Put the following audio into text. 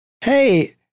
hey